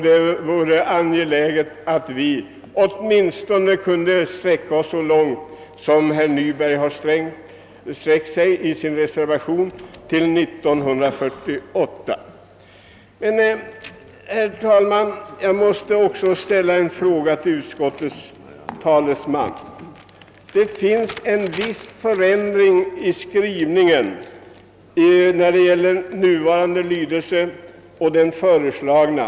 Det är angeläget att vi försöker utsträcka den åtminstone så långt som herr Nyberg har föreslagit i sin reservation, nämligen till att den för tillämpning av ensittarlagen avgörande tidpunkten bör bestämmas till den 1 januari 1948. Herr talman! Jag måste också rikta en fråga till utskottets talesman. Det finns en viss förändring i skrivningen om man jämför den nuvarande lydelsen av lagen med den föreslagna.